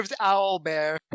owlbear